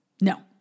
No